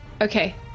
okay